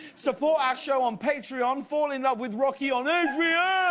support our show on patreon. fall in love with rocky on adriaaaan!